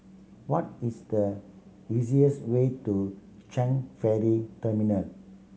what is the easiest way to Changi Ferry Terminal